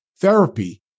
Therapy